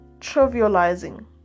Trivializing